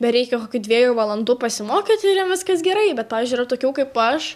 bereikia kokių dviejų valandų pasimokyt ir jiem viskas gerai bet pavyzdžiui yra tokių kaip aš